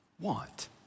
want